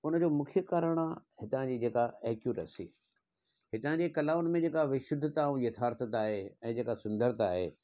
उन जो मुख़्य कारण आहे हितां जी जेका एक्यूरेसी हितां जी कलाउनि में जेका विशुद्धता ऐं यथार्थता आहे ऐं जेका सुंदरता आहे